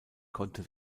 konnte